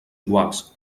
iguals